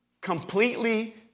completely